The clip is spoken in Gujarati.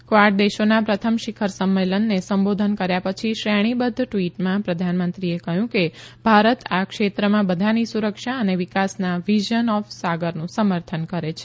કવાડ દેશોના પ્રથમ શિખર સંમેલનને સંબોધન કર્યા પછી ક્ષેણીબધ્ધ ટવીટમાં પ્રધાનમંત્રીએ કહથું કે ભારત આ ક્ષેત્રમાં બધાની સુરક્ષા અને વિકાસના વિઝન ઓફ સાગરનું સમર્થન કરે છે